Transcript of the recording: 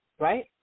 Right